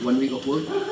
one week of work